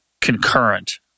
concurrent